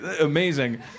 amazing